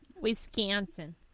Wisconsin